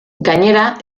gainera